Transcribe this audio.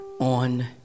on